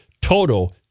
Toto